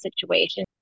situation